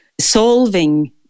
solving